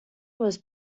was